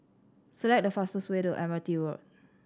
select the fastest way to Admiralty Road